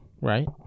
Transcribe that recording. Right